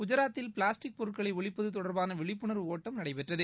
குஐராத்தில் plastic பொருட்களை ஒழிப்பது தொடா்பான விழிப்புணா்வு ஒட்டம் நடைபெற்றது